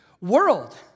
world